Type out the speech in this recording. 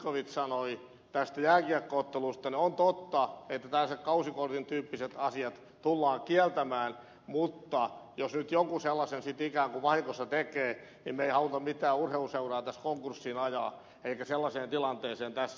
zyskowicz sanoi tästä jääkiekko ottelusta on totta että tällaiset kausikortin tyyppiset asiat tullaan kieltämään mutta jos nyt jonkun sellaisen sitten ikään kuin vahingossa tekee niin me emme halua mitään urheiluseuraa tässä konkurssiin ajaa elikkä sellaiseen tilanteeseen tässä